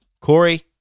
Corey